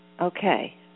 Okay